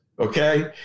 okay